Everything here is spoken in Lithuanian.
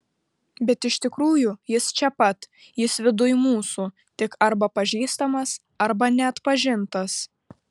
bet iš tikrųjų jis čia pat jis viduj mūsų tik arba pažįstamas arba neatpažintas